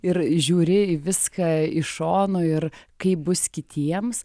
ir žiūri į viską iš šono ir kaip bus kitiems